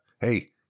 hey